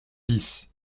bis